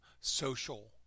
social